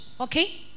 Okay